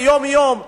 שיום-יום,